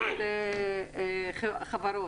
חברות.